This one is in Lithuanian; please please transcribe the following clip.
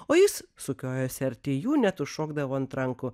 o jis sukiojosi arti jų net užšokdavo ant rankų